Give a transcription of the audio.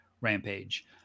rampage